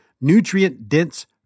nutrient-dense